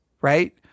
Right